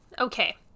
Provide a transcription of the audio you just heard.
Okay